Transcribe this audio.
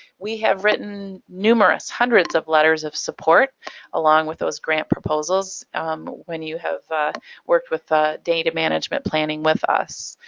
we have written numerous, hundreds, of letters of support along with those grant proposals when you have worked with ah data management planning with us.